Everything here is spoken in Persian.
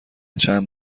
چند